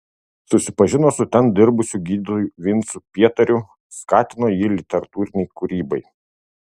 susipažino su ten dirbusiu gydytoju vincu pietariu skatino jį literatūrinei kūrybai